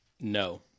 no